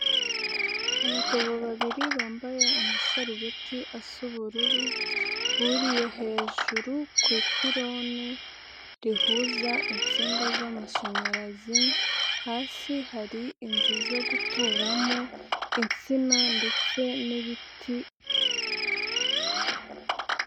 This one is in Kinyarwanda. Abagabo babiri bambaye amasarubeti asa ubururu, buririye hejuru, ku ipironi rihuza insinga z'amashanyarazi, hasi hari inzu zo guturamo, insina ndetse n'ibiti.